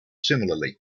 similarly